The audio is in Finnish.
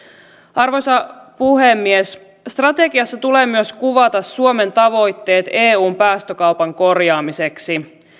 arvoisa puhemies strategiassa tulee myös kuvata suomen tavoitteet eun päästökaupan korjaamiseksi